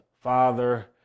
father